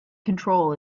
control